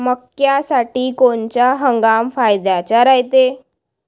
मक्क्यासाठी कोनचा हंगाम फायद्याचा रायते?